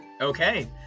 Okay